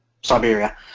Siberia